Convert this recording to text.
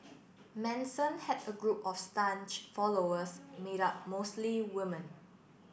Manson had a group of followers made up mostly woman